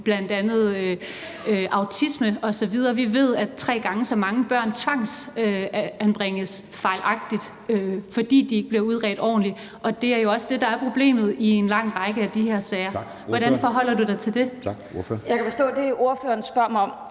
bl.a. autisme. Vi ved, at tre gange så mange børn tvangsanbringes fejlagtigt, fordi de ikke bliver udredt ordentligt, og det er jo også det, der er problemet i en lang række af de her sager. Hvordan forholder du dig til det? Kl. 13:15 Anden næstformand